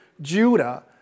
Judah